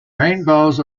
rainbows